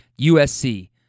USC